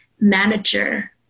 manager